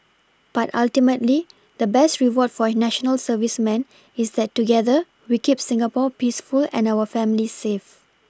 but ultimately the best reward for national servicemen is that together we keep Singapore peaceful and our families safe